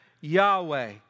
Yahweh